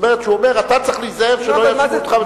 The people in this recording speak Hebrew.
כלומר הוא אומר: אתה צריך להיזהר שלא יאשימו אותך בצורה גורפת.